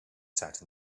sat